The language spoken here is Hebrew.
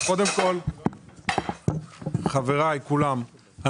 חבריי כולם,